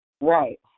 Right